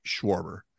Schwarber